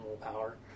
power